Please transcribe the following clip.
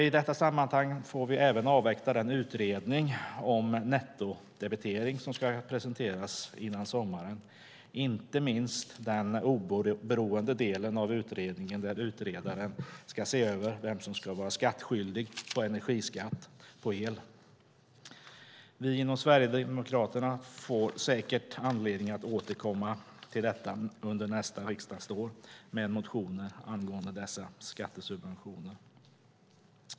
I detta sammanhang får vi även avvakta den utredning om nettodebitering som ska presenteras före sommaren, inte minst den oberoende del av utredningen där utredaren ska se över vem som ska vara skattskyldig för energiskatt på el. Vi inom Sverigedemokraterna får säkert anledning att återkomma under nästa riksdagsår med motioner angående dessa skattesubventioner.